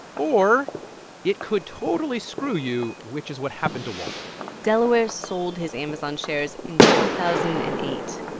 or it could totally screw you, which is what happened to walter delaware sold his amazon shares in two thousand and eight,